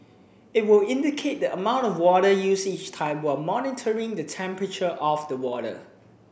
it will indicate the amount of water used each time while monitoring the temperature of the water